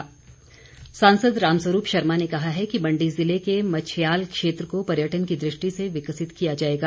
रामस्वरूप सांसद रामस्वरूप शर्मा ने कहा है कि मण्डी जिले के मच्छयाल क्षेत्र को पर्यटन की दृष्टि से विकसित किया जाएगा